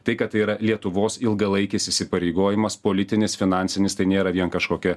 tai kad tai yra lietuvos ilgalaikis įsipareigojimas politinis finansinis tai nėra vien kažkokia